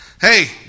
Hey